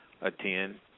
attend